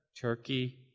Turkey